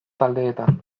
taldeetan